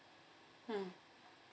mm